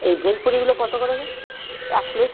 এই ভেলপুরিগুলো কতো করে এক প্লেট